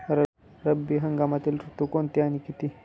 रब्बी हंगामातील ऋतू कोणते आणि किती?